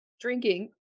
drinking